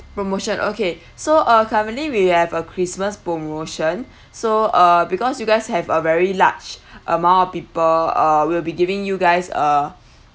promotion okay so uh currently we have a christmas promotion so uh because you guys have a very large amount of people uh we'll be giving you guys a